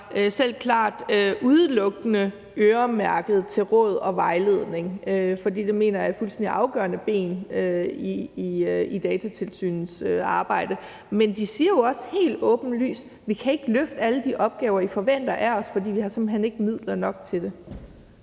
selvklart udelukkende er øremærket til råd og vejledning. For det mener jeg er en fuldstændig afgørende del af Datatilsynets arbejde. Men de siger jo også helt åbent: Vi kan ikke løse alle de opgaver, I forventer af os, for vi har simpelt hen ikke midler nok til det.